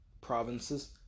provinces